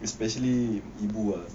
especially ibu ah